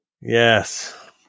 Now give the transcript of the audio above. Yes